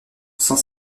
sans